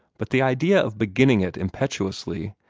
but the idea of beginning it impetuously,